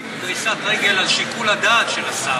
אתם רוצים דריסת רגל בשיקול הדעת של השר.